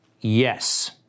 yes